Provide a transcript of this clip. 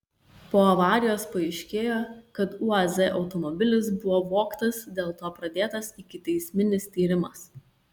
po avarijos paaiškėjo kad uaz automobilis buvo vogtas dėl to pradėtas ikiteisminis tyrimas